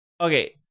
Okay